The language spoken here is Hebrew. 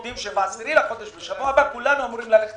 שב-10 בחודש בשבוע הבא כולנו אמורים ללכת